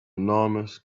enormous